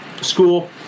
School